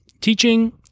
teaching